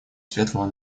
светлого